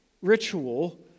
ritual